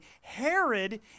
Herod